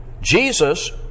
Jesus